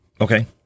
Okay